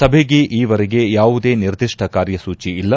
ಸಭೆಗೆ ಈವರೆಗೆ ಯಾವುದೇ ನಿರ್ದಿಷ್ನ ಕಾರ್ಯಸೂಚಿ ಇಲ್ಲ